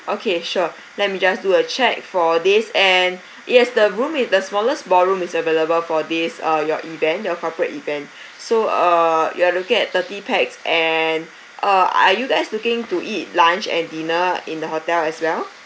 okay sure let me just do a check for days and yes the room is the smallest ballroom is available for this uh your event your corporate event so uh you are looking at thirty pax and uh are you guys looking to eat lunch and dinner in the hotel as well